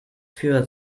für